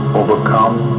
overcome